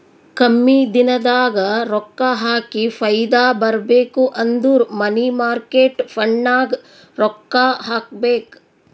ಕಮ್ಮಿ ದಿನದಾಗ ರೊಕ್ಕಾ ಹಾಕಿ ಫೈದಾ ಬರ್ಬೇಕು ಅಂದುರ್ ಮನಿ ಮಾರ್ಕೇಟ್ ಫಂಡ್ನಾಗ್ ರೊಕ್ಕಾ ಹಾಕಬೇಕ್